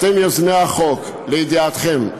אתם יוזמי החוק, לידיעתכם,